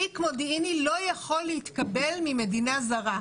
תיק מודיעיני לא יכול להתקבל ממדינה זרה.